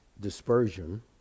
Dispersion